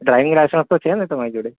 driving licence તો છે ને તમારી જોડે